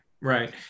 right